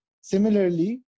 Similarly